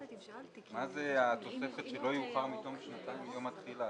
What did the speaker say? מה זה התוספת של "לא יאוחר מתום שנתיים מיום תחילתו"?